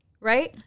right